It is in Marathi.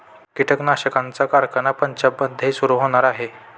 कीटकनाशकांचा कारखाना पंजाबमध्ये सुरू होणार आहे